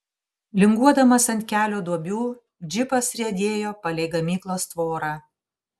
linguodamas ant kelio duobių džipas riedėjo palei gamyklos tvorą